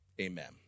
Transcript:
Amen